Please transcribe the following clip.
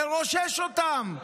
תרושש אותם.